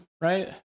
Right